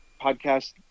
podcast